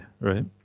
right